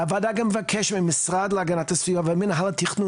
הוועדה גם מבקשת מהמשרד להגנת הסביבה ומינהל התכנון